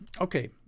Okay